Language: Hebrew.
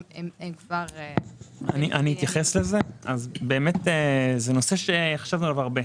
זה נושא שחשבנו עליו הרבה.